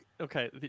Okay